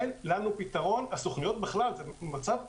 אין לנו פתרון והסוכנויות בכלל במצב אבסורדי,